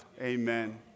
Amen